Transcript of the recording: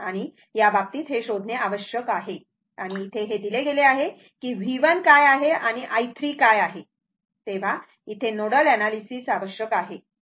आणि त्या बाबतीत हे शोधणे आवश्यक आहे आणि येथे हे दिले गेले आहे की V1 काय आहे आणि i 3 काय आहे तेव्हा इथे नोडल एनलसिस आवश्यक आहे